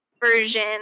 version